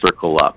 CircleUp